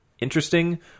interesting